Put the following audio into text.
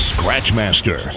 Scratchmaster